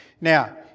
Now